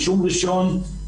רישום ראשון,